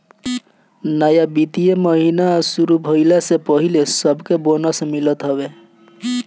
नया वित्तीय महिना शुरू भईला से पहिले सबके बोनस मिलत हवे